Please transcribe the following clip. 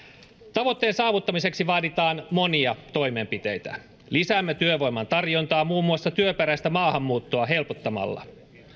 tavoitteen saavuttamiseksi vaaditaan monia toimenpiteitä lisäämme työvoiman tarjontaa muun muassa työperäistä maahanmuuttoa helpottamalla